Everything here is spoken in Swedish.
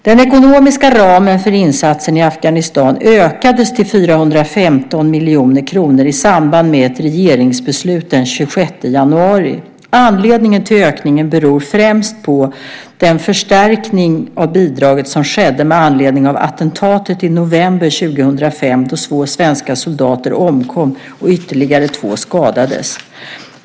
Den ekonomiska ramen för insatsen i Afghanistan ökades till 415 miljoner kronor i samband med ett regeringsbeslut den 26 januari. Anledningen till ökningen är främst den förstärkning av bidraget som skedde med anledning av attentatet i november 2005 då två svenska soldater omkom och ytterligare två skadades.